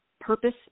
purpose